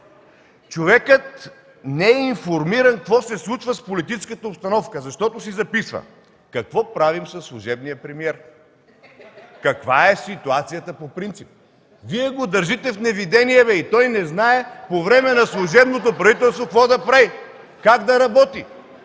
Човекът не е информиран какво се случва с политическата обстановка, защото си записва: „Какво правим със служебния премиер? Каква е ситуацията по принцип?” (Смях от ДПС.) Вие го държите в неведение и той не знае по време на служебното правителство какво да прави, как да работи!